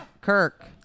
Kirk